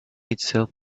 itself